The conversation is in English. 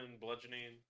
bludgeoning